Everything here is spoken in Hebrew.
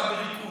ניצחון אדיר,